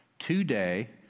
Today